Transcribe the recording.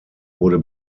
wurde